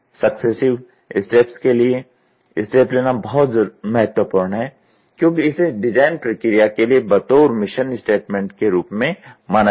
successive steps के लिए step लेना बहुत महत्वपूर्ण है क्योंकि इसे डिजाइन प्रक्रिया के लिए बतौर मिशन स्टेटमेंट के रूप में माना जाएगा